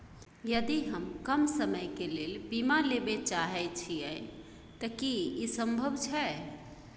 यदि हम कम समय के लेल बीमा लेबे चाहे छिये त की इ संभव छै?